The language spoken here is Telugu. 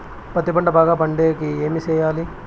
పత్తి పంట బాగా పండే కి ఏమి చెయ్యాలి?